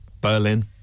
Berlin